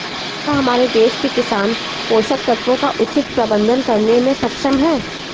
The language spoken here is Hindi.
क्या हमारे देश के किसान पोषक तत्वों का उचित प्रबंधन करने में सक्षम हैं?